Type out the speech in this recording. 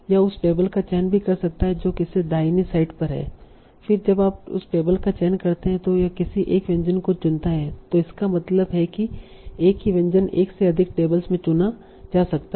या उस टेबल का चयन भी कर सकता है जो उसके दाहिनी साइड पर है फिर जब आप टेबल का चयन करते हैं तो यह किसी एक व्यंजन को चुनता है तो इसका मतलब है कि एक ही व्यंजन एक से अधिक टेबल्स में चुना जा सकता है